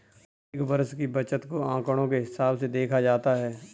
हर एक वर्ष की बचत को आंकडों के हिसाब से देखा जाता है